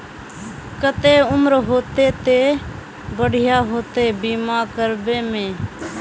केते उम्र होते ते बढ़िया होते बीमा करबे में?